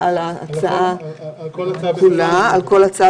הכנס יאורגן על ידי המועצה הציבורית,